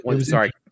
sorry